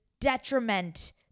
detriment